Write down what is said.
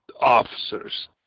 officers